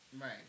Right